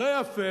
זה היה פייר.